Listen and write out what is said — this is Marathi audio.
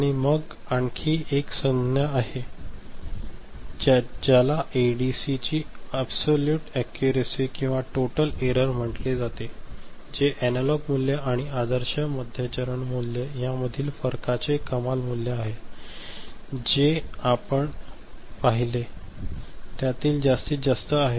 आणि मग आणखी एक संज्ञा आहे ज्याला एडीसीची अबसोल्यूट ऍकुरसी किंवा टोटल एरर म्हटले जाते जे एनालॉग मूल्य आणि आदर्श मध्य चरण मूल्य यामधील फरकाचे कमाल मूल्य आहे जे आपण जे पाहिले त्यातील जास्तीत जास्त आहे